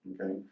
okay